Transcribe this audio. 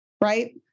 right